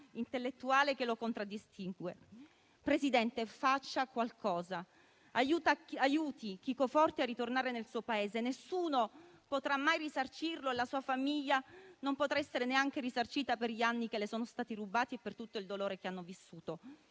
intellettuale che lo contraddistingue. Presidente Draghi, faccia qualcosa. Aiuti Chico Forti a ritornare nel suo Paese. Nessuno potrà mai risarcirlo; la sua famiglia non potrà essere neanche risarcita per gli anni che le sono stati rubati e per tutto il dolore che ha vissuto.